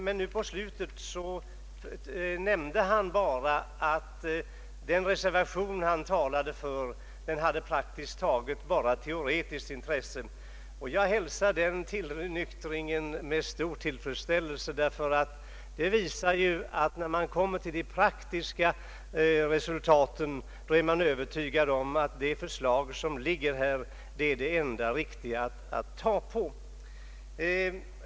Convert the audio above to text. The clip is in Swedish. Men i det senare nämnde han att den reservation han talade för praktiskt taget bara hade teoretiskt intresse. Jag hälsar den tillnyktringen med stor tillfredsställelse, ty det visar att när det gäller de praktiska resultaten är man övertygad om att propositionens förslag är det enda riktiga i detta fall.